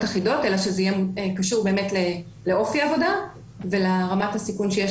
אחידות אלא שזה יהיה קשור לאופי העבודה ולרמת הסיכון שיש